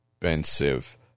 expensive